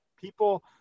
People